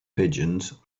pigeons